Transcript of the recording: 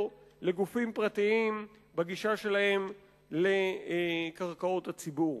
לגופים פרטיים בגישה שלהם לקרקעות הציבור.